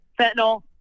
fentanyl